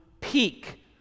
peak